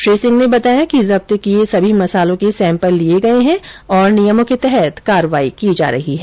श्री सिंह ने बताया कि जब्त किये सभी मसालों के सैंपल लिये गये हैं और नियमों के तहत कार्रवाई की जा रही है